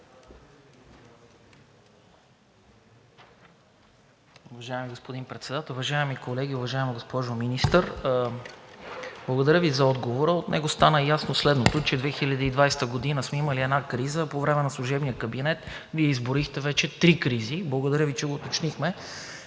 Уважаеми господин Председател, уважаеми колеги! Уважаема госпожо Министър, благодаря Ви за отговора. От него стана ясно следното: че 2020 г. сме имали една криза, а по време на служебния кабинет Вие изброихте вече три кризи. Благодаря Ви, че уточнихме,